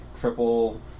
triple